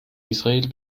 israel